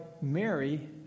Mary